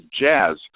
jazz